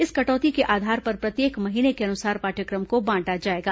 इस कटौती के आधार पर प्रत्येक महीने के अनुसार पाठ्यक्रम को बांटा जाएगा